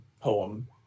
poem